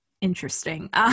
interesting